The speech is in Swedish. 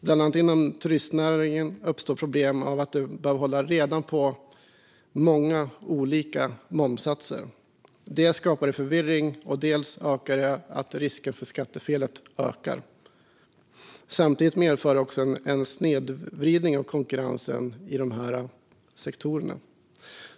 Bland annat inom turismnäringen uppstår problem på grund av att man behöver hålla reda på många olika momssatser. Dels skapar det förvirring, dels ökar det risken för skattefel. Samtidigt medför det en snedvridning av konkurrensen i dessa sektorer.